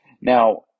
Now